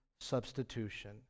substitution